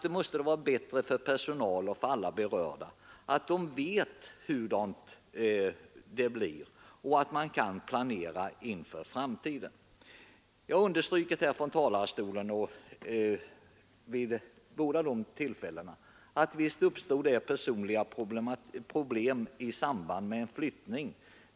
Det måste vara bättre för personal och för alla berörda att veta hur det kommer att bli så att man kan planera inför framtiden. Jag har vid tidigare tillfällen från denna talarstol understrukit att det naturligtvis uppstår personliga problem vid en flyttning.